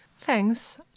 Thanks